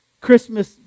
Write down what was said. Christmas